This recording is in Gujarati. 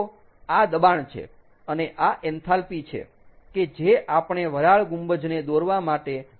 તો આ દબાણ છે અને આ એન્થાલ્પી છે કે જે આપણે વરાળ ગુંબજને દોરવા માટે જોઈએ છીએ